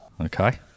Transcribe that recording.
Okay